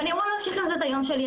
ואני אמורה להמשיך עם זה את היום שלי,